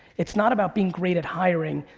it's not about being great at hiring,